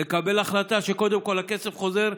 לקבל החלטה שקודם כול הכסף חוזר,